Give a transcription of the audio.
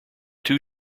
two